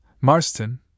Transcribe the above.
Marston